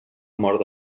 mort